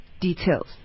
details